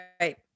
Right